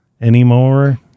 anymore